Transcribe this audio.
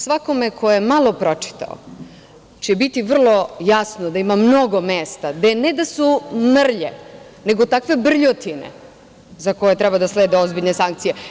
Svakome ko je malo pročitao će biti vrlo jasno da ima mnogo mesta gde, ne da su mrlje, nego takve brljotine, za koje treba da slede ozbiljne sankcije.